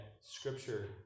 scripture